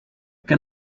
can